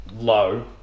Low